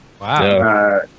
Wow